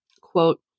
Quote